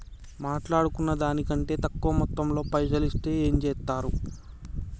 మాట్లాడుకున్న దాని కంటే తక్కువ మొత్తంలో పైసలు ఇస్తే ఏం చేత్తరు?